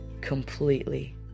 completely